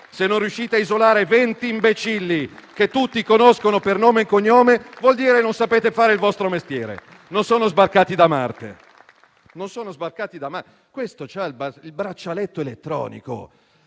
Se non riuscite a isolare venti imbecilli, che tutti conoscono per nome e cognome, vuol dire che non sapete fare il vostro mestiere. Non sono sbarcati da Marte; uno di loro ha il braccialetto elettronico